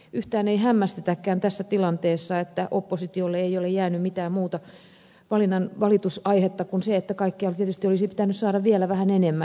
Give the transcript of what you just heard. yhtään ei hämmästytäkään tässä tilanteessa että oppositiolle ei ole jäänyt mitään muuta valitusaihetta kuin se että kaikkia tietysti olisi pitänyt saada vielä vähän enemmän